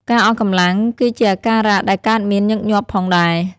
ការអស់កម្លាំង គឺជាអាការៈដែលកើតមានញឹកញាប់ផងដែរ។